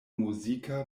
muzika